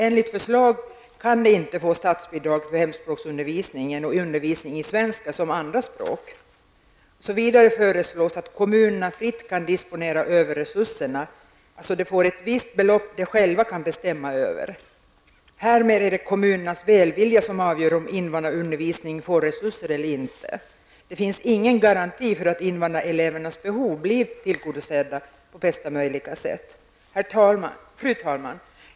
Enligt förslaget kan de inte få statsbidrag för hemspråksundervisning och undervisning i svenska som andra språk. Vidare föreslås att kommunerna fritt kan disponera över resurserna, dvs. de får ett visst belopp de själva kan bestämma över. Därmed är det kommunernas välvilja som avgör om invandrarundervisningen får resurser eller inte. Det finns ingen garanti för att invandrarelevernas behov blir tillgodosedda på bästa möjliga sätt. Fru talman!